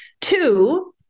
Two